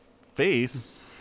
face